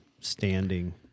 standing